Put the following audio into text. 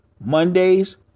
Mondays